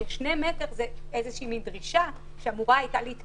כי 2 מטר זו דרישה שהייתה אמורה להתקיים